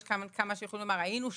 יש כמה שיכולים לומר היינו שם.